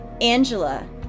Angela